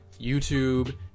YouTube